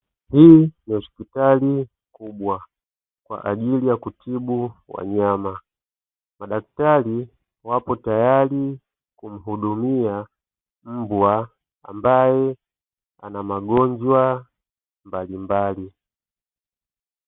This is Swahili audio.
Hii ni hospitali kubwa kwa ajili ya kutibu wanyama. Madaktari wapo tayari kumuhudumia mbwa ambaye ana magonjwa mbalimbali.